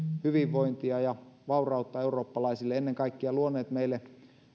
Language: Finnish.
hyvinvointia ja vaurautta eurooppalaisille ennen kaikkea luoneet meille